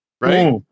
right